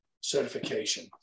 certification